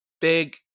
big